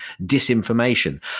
disinformation